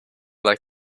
like